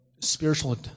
spiritual